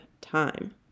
time